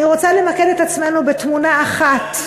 אני רוצה למקד את עצמנו בתמונה אחת,